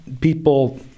people